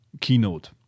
keynote